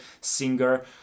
singer